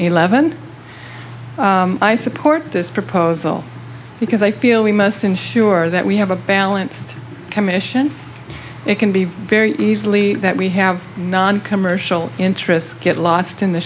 eleven i support this proposal because i feel we must ensure that we have a balanced commission it can be very easily that we have non commercial interests get lost in the